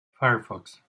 firefox